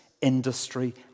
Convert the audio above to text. industry